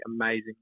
amazing